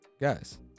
guys